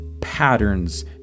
patterns